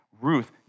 Ruth